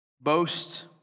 Boast